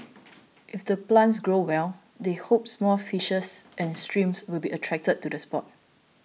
if the plants grow well they hope small fishes and shrimps will be attracted to the spot